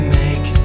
make